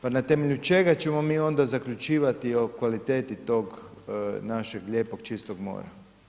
Pa na temelju čega ćemo mi onda zaključivati o kvaliteti tog našeg lijepog čistog mora?